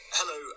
Hello